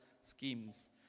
schemes